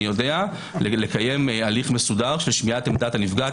יודע לקיים הליך מסודר של שמיעת עמדת הנפגעת.